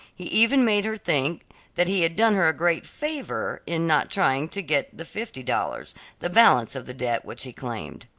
he even made her think that he had done her a great favor in not trying to get the fifty dollars the balance of the debt which he claimed.